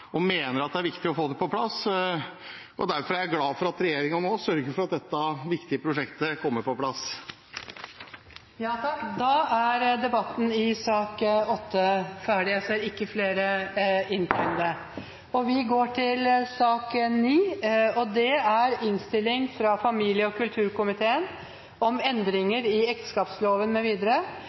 og mener at det er viktig å få det på plass. Derfor er jeg glad for at regjeringen nå sørger for at dette viktige prosjektet kommer på plass. Flere har ikke bedt om ordet til sak nr. 8. Etter ønske fra familie- og kulturkomiteen vil presidenten foreslå at taletiden blir begrenset til 5 minutter til hver gruppe og 5 minutter til statsråden. Videre